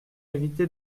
éviter